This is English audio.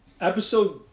episode